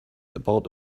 about